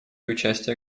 участия